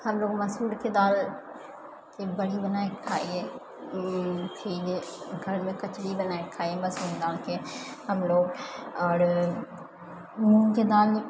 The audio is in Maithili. हमलोग मसूरके दालिके बड़ी बनायके खाइ हियै फिर घरमे कचरी बनायके खाइ हियै मसूरके दालिके हमलोग आओर मूँगके दालि